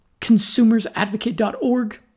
consumersadvocate.org